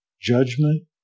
Judgment